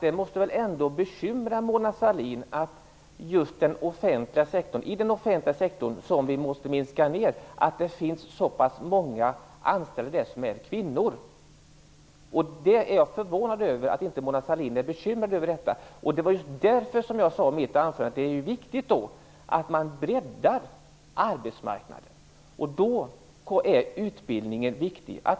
Det måste väl ändå bekymra Mona Sahlin att det just i den offentliga sektorn, som vi måste minska ned, finns så pass många anställda som är kvinnor? Jag är förvånad över att Mona Sahlin inte är bekymrad över detta. Det var därför som jag sade i mitt anförande att det är viktigt att man breddar arbetsmarknaden. Då är utbildningen viktig.